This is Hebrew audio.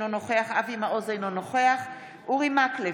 אינו נוכח אבי מעוז אינו נוכח אורי מקלב,